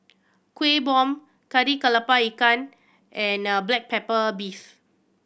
Kueh Bom Kari Kepala Ikan and black pepper beef